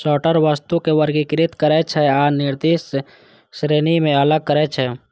sorter वस्तु कें वर्गीकृत करै छै आ निर्दिष्ट श्रेणी मे अलग करै छै